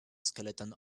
skeleton